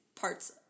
parts